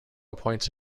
appoints